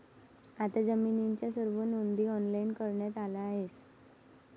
आता जमिनीच्या सर्व नोंदी ऑनलाइन करण्यात आल्या आहेत